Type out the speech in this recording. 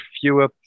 fewer